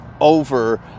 over